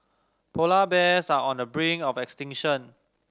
polar bears are on the brink of extinction